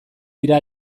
dira